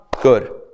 Good